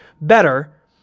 better